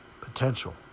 potential